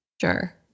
Sure